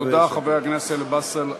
תודה, חבר הכנסת באסל גטאס.